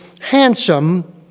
handsome